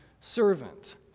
servant